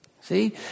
See